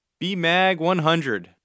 BMAG100